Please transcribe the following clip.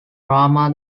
rama